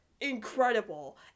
incredible